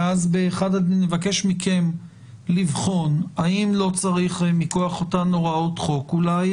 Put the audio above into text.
ובאחד הדיונים נבקש מכם לבחון האם לא צריך מכוח אותן הוראות חוק אולי